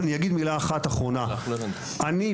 נו,